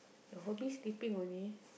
your hobby sleeping only